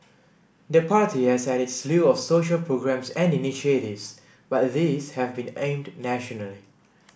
the party has had its slew of social programmes and initiatives but these have been aimed nationally